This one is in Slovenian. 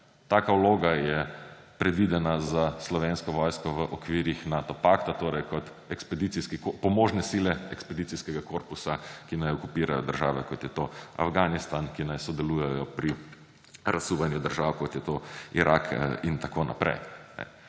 Taka vloga je predvidena za Slovensko vojsko v okvirih Nato pakta, torej kot pomožne sile ekspedicijskega korpusa, ki naj okupirajo države, kot je to Afganistan, ki ne sodelujejo pri razsuvanju držav, kot je to Irak in tako naprej.